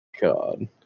God